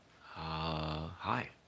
hi